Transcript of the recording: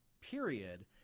period